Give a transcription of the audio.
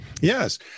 Yes